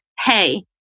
Hey